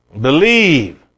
believe